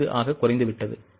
5 ஆக குறைந்துவிட்டது